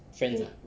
friends ah